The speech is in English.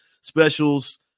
specials